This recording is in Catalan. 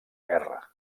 guerra